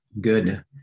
good